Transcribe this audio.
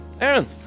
Aaron